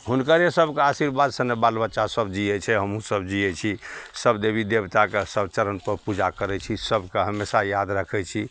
हुनकरे सभके आशीर्वादसे ने बाल बच्चासभ जिए छै हमहूँसभ जिए छी सब देवी देवताके सब चरणपर पूजा करै छी सबके हमेशा याद रखै छी